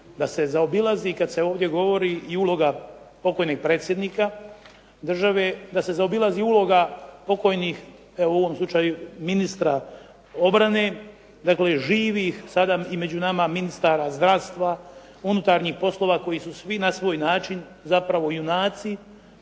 da se zaobilazi i kada se ovdje govori i uloga pokojnog predsjednika države, da se zaobilazi uloga pokojnih, u ovom slučaju ministra obrane, dakle, živih, sada i među nama ministara zdravstva, unutarnjih poslova, koji su svi na svoj način zapravo junaci,